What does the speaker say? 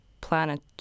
planet